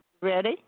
Ready